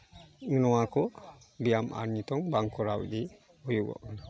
ᱱᱚᱣᱟ ᱠᱚ ᱵᱮᱭᱟᱢ ᱟᱨ ᱱᱤᱛᱳᱝ ᱵᱟᱝ ᱠᱚᱨᱟᱣ ᱤᱫᱤ ᱦᱩᱭᱩᱜᱚᱜ ᱠᱟᱱᱟ